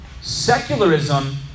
secularism